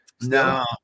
No